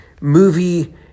movie